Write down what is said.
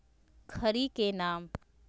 खड़ी के नाम?